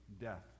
death